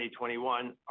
2021